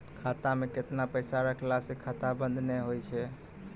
खाता मे केतना पैसा रखला से खाता बंद नैय होय तै?